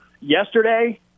yesterday